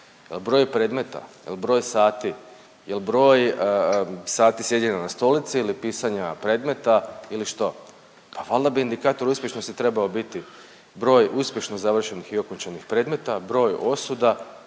Jel broj predmeta, jel broj sati, jel broj sati sjedenja na stolici ili pisanja predmeta ili što? Pa valda bi indikator uspješnosti trebao biti broj uspješno završenih i okončanih predmeta, broj osuda,